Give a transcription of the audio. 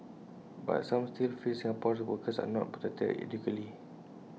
but some still feel Singaporeans workers are not protected adequately